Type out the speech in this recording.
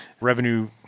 revenue